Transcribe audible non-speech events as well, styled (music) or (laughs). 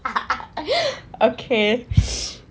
(laughs) okay (breath)